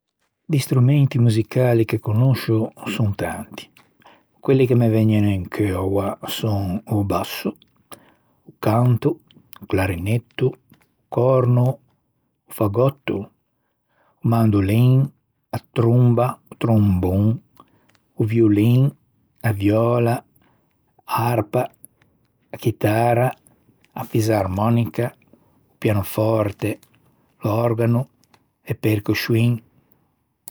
Di strumenti musicali che conoscio, son tanti. Quelli che me vëgnan in cheu oua son: o basso, o canto, o clarinetto, còrno, fagòtto, mandolin, a tromba, o trombon, o violin, a viöla, a arpa, a chitara, a fisarmònica, o pianofòrte, òrgano, e percuscioin.